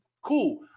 Cool